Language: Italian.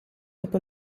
dopo